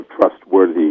trustworthy